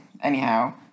anyhow